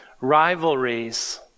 Rivalries